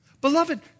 Beloved